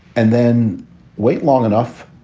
and then wait long enough.